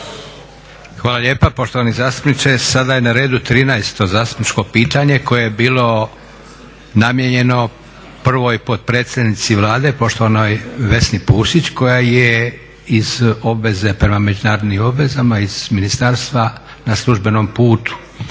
Hvala lijepa poštovani zastupniče. Sada je na redu 13. zastupničko pitanje koje je bilo namijenjeno prvoj potpredsjednici Vlade poštovanoj Vesni Pusić koja je iz obveze prema međunarodnim obvezama iz ministarstva na službenom putu.